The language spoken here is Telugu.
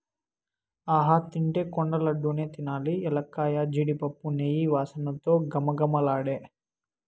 ఆహా తింటే కొండ లడ్డూ నే తినాలి ఎలక్కాయ, జీడిపప్పు, నెయ్యి వాసనతో ఘుమఘుమలాడే